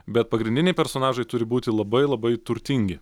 bet pagrindiniai personažai turi būti labai labai turtingi